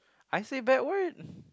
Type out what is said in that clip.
I say bad word